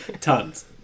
Tons